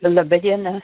laba diena